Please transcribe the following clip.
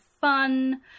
fun